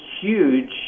huge